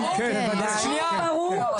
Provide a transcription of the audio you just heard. כן, ברור.